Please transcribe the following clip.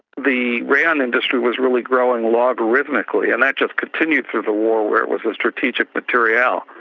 the rayon industry was really growing logarithmically, and that's just continued through the war where it was a strategic material.